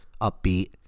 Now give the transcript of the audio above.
upbeat